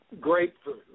grapefruit